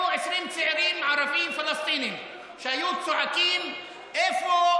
20 צעירים ערבים פלסטינים שהיו צועקים: איפה